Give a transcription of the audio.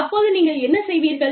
அப்போது நீங்கள் என்ன செய்வீர்கள்